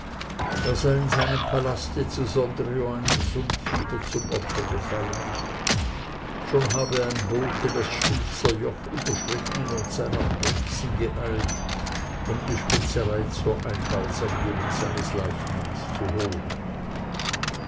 er sei in seinem palaste zu sondrio einem sumpffieber zum opfer gefallen schon habe ein bote das stilfserjoch überschritten und sei nach brixen geeilt um die spezerei zur einbalsamierung seines leichnams zu holen